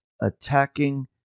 attacking